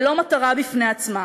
ולא מטרה בפני עצמה.